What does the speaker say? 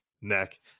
neck